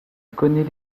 connais